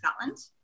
Scotland